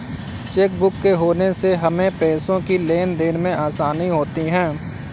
chequebook के होने से हमें पैसों की लेनदेन में आसानी होती हैँ